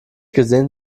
gesehen